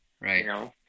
Right